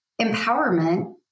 empowerment